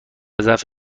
ضعف